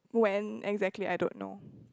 when exactly I don't know